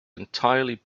entirely